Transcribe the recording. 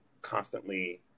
constantly